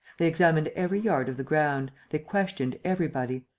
they examined every yard of the ground, they questioned everybody.